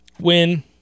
Win